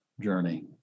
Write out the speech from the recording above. journey